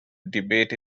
debate